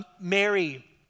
Mary